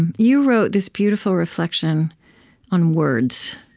and you wrote this beautiful reflection on words,